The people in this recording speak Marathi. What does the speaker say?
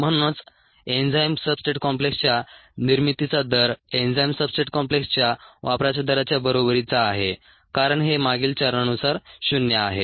म्हणूनच एन्झाइम सब्सट्रेट कॉम्प्लेक्सच्या निर्मितीचा दर एन्झाइम सब्सट्रेट कॉम्प्लेक्सच्या वापराच्या दराच्या बरोबरीचा आहे कारण हे मागील चरणानुसार शून्य आहे